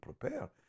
prepare